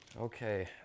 Okay